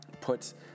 Puts